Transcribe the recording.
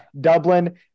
Dublin